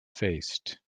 faced